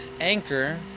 Anchor